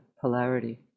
polarity